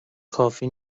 کافی